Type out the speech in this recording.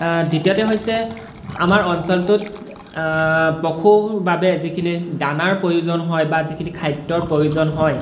দ্বিতীয়তে হৈছে আমাৰ অঞ্চলটোত পশুৰ বাবে যিখিনি দানাৰ প্ৰয়োজন হয় বা যিখিনি খাদ্যৰ প্ৰয়োজন হয়